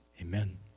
amen